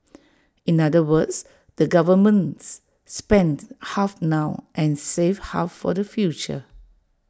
in other words the governments spends half now and saves half for the future